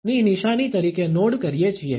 ની નિશાની તરીકે નોડ કરીએ છીએ